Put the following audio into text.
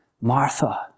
Martha